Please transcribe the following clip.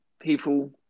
people